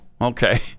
okay